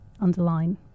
underline